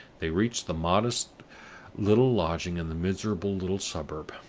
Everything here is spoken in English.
they reached the modest little lodging in the miserable little suburb.